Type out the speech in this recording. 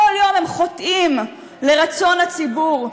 כל יום, הם חוטאים לרצון הציבור.